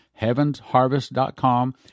heavensharvest.com